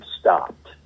stopped